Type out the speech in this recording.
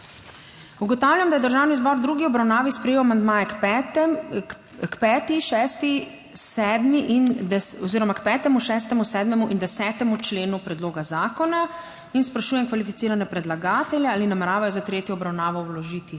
Ugotavljam, da je Državni zbor v drugi obravnavi sprejel amandmaje k 5., 6., 7. in 10. členu predloga zakona. Sprašujem kvalificirane predlagatelje, ali nameravajo za tretjo obravnavo vložiti